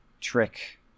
trick